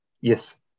Yes